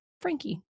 Frankie